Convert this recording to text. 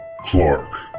clark